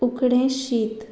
उकडें शीत